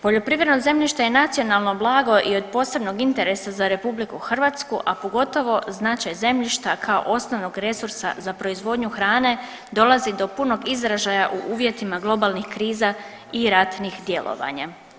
Poljoprivredno zemljište je nacionalno blago i od posebnog interesa za RH, a pogotovo značaj zemljišta kao osnovnog resursa za proizvodnju hrane dolazi do punog izražaja u uvjetima globalnih kriza i ratnih djelovanja.